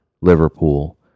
Liverpool